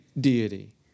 deity